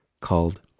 called